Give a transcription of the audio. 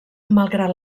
malgrat